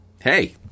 Hey